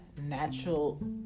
natural